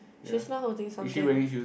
she's not holding something